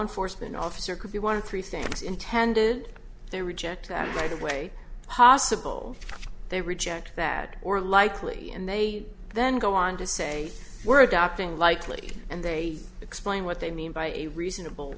enforcement officer could be one of three things intended they reject that right away possible they reject that or likely and they then go on to say we're adopting likely and they explain what they mean by a reasonable